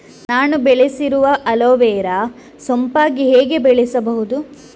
ನಾನು ಬೆಳೆಸಿರುವ ಅಲೋವೆರಾ ಸೋಂಪಾಗಿ ಹೇಗೆ ಬೆಳೆಸಬಹುದು?